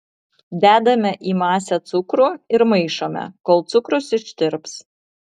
dedame į masę cukrų ir maišome kol cukrus ištirps